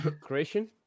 Creation